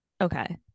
Okay